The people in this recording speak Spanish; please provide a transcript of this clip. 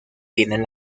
tienen